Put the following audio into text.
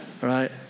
right